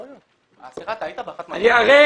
לימור,